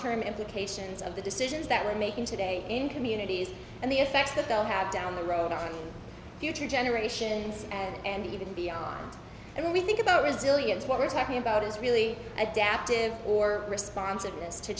term implications of the decisions that we're making today in communities and the effects that they'll have down the road on future generations and even beyond and we think about resilience what we're talking about is really adaptive or responsiveness to